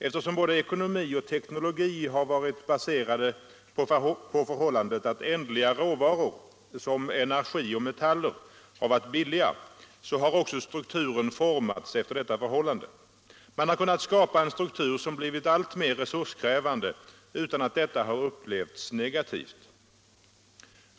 Eftersom både ekonomi och teknologi har varit baserade på förhållandet att ändliga råvaror, som energi och metaller, har varit billiga, har också strukturen formats efter detta förhållande. Man har kunnat skapa en struktur som blivit alltmer resurskrävande utan att detta har upplevts som negativt.